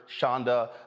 Shonda